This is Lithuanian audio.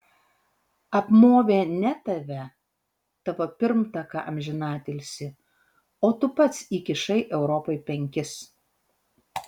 apmovė ne tave tavo pirmtaką amžinatilsį o tu pats įkišai europai penkis